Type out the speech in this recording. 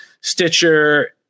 stitcher